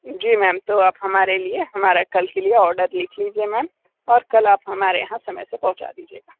जी ma'am तो आप हमारे लिए हमारा कल के लिए ऑर्डर लिख लीजिए मैम और कल आप हमारे यहाँ समय से पहुँचा दीजिएगा